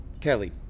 Kelly